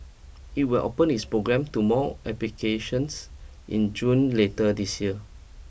it will open its program to more applications in June later this year